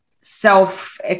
self